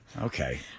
Okay